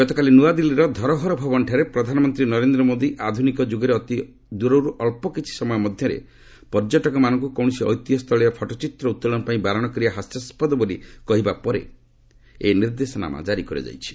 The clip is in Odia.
ଗତକାଲି ନୂଆଦିଲ୍ଲୀର ଧରୋହର ଭବନଠାରେ ପ୍ରଧାନମନ୍ତ୍ରୀ ନରେନ୍ଦ୍ର ମୋଦୀ ଆଧୁନିକ ଯୁଗରେ ଅତି ଦୂରରୁ ଅଳ୍ପ କିଛି ସମୟ ମଧ୍ୟରେ ପର୍ଯ୍ୟଟକମାନଙ୍କୁ କୌଣସି ଐତିହ୍ୟସ୍ଥଳରେ ଫଟୋଚିତ୍ର ଉତ୍ତୋଳନ ପାଇଁ ବାରଣ କରିବା ହାସ୍ୟାସ୍ୱଦ ବୋଲି ଭାଷଣ ପ୍ରସଙ୍ଗରେ କହିବା ପରେ ଏହି ନିର୍ଦ୍ଦେଶନାମା ଜାରି କରାଯାଇଛି